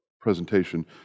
presentation